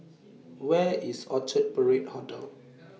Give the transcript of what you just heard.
Where IS Orchard Parade Hotel